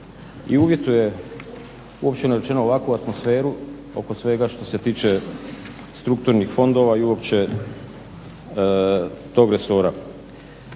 i uvjetuje obično rečeno ovakvu atmosferu oko svega što se tiče strukturnih fondova i uopće tog resora.